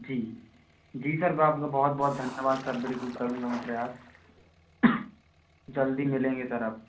जी जी सर मैं आपका बहुत बहुत धन्यवाद सर बिल्कुल करूँगा मैं प्रयास जल्दी मिलेंगे सर अब